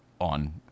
on